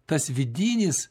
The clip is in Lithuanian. tas vidinis